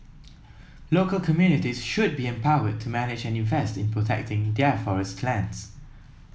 local communities should be empowered to manage and invest in protecting their forest lands